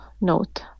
note